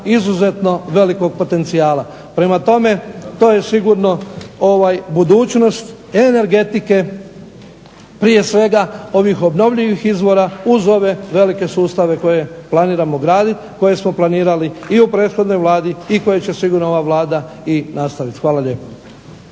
izuzetno velikog potencijala. Prema tome, to je sigurno budućnost energetike, prije svega ovih obnovljivih izvora uz ove velike sustave koje planiramo graditi, koje smo planirali i u prethodnoj Vladi i koje će sigurno ova Vlada i nastaviti. Hvala lijepo.